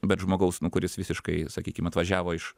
bet žmogaus kuris visiškai sakykim atvažiavo iš